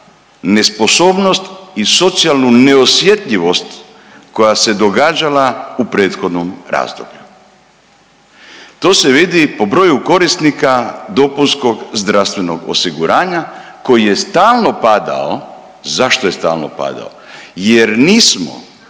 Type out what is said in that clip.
nesposobnost i socijalnu neosjetljivost koja se događala u prethodnom razdoblju. To se vidi i po broju korisnika dopunskog zdravstvenog osiguranja koji je stalno padao. Zašto je stalno padao? Jer nismo